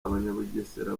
abanyabugesera